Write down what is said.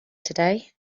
today